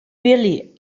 really